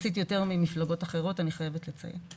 יחסית יותר ממפלגות אחרות, אני חייבת לציין.